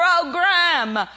program